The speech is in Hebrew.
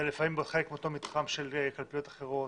ולפעמים נמצא בחלק מאותו מתחם של קלפיות אחרות.